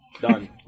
Done